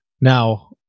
Now